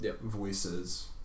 voices